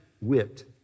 whipped